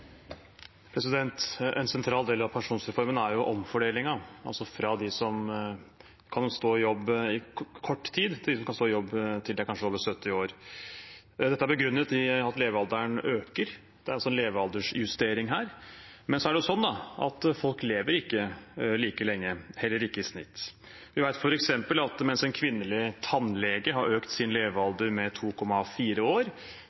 En sentral del av pensjonsreformen er omfordelingen, altså fra dem som kan stå i jobb i kort tid, til dem som kan stå i jobb til de kanskje er over 70 år. Dette er begrunnet i at levealderen øker, det er altså en levealdersjustering her, men så er det jo sånn at folk lever ikke like lenge, heller ikke i snitt. Vi vet f.eks. at mens en kvinnelig tannlege har økt sin levealder med 2,4 år,